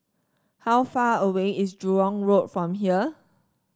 how far away is Jurong Road from here